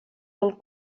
del